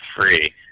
free